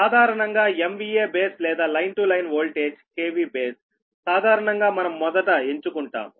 సాధారణంగా MVA base లేదా line to line voltage kV base సాధారణంగా మనం మొదట ఎంచుకుంటాము